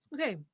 Okay